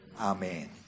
Amen